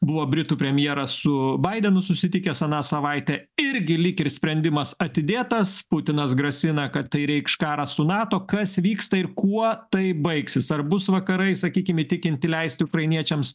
buvo britų premjeras su baidenu susitikęs aną savaitę irgi lyg ir sprendimas atidėtas putinas grasina kad tai reikš karą su nato kas vyksta ir kuo tai baigsis ar bus vakarai sakykim įtikinti leisti ukrainiečiams